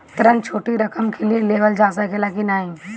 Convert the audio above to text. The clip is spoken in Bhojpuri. ऋण छोटी रकम के लिए लेवल जा सकेला की नाहीं?